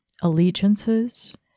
allegiances